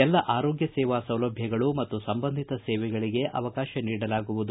ಎಲ್ಲ ಆರೋಗ್ಯ ಸೇವಾ ಸೌಲಭ್ಯಗಳು ಮತ್ತು ಸಂಬಂಧಿತ ಸೇವೆಗಳಿಗೆ ಅವಕಾಶ ನೀಡಲಾಗುವುದು